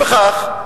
לפיכך,